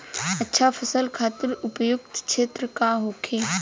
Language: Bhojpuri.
अच्छा फसल खातिर उपयुक्त क्षेत्र का होखे?